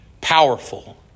powerful